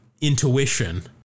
intuition